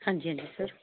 ਹਾਂਜੀ ਹਾਂਜੀ ਸਰ